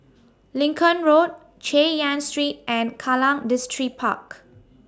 Lincoln Road Chay Yan Street and Kallang Distripark